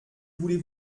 voulez